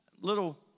little